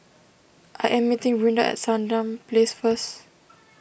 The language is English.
I am meeting Brinda at Sandown Place first